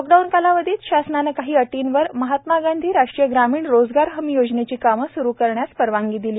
lockdown कालावधीत शासनाने काही अटींवर महात्मा गांधी राष्ट्रीय ग्रामीण रोजगार हमी योजनेची कामे सुरू करण्यास परवानगी दिली